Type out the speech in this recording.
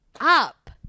up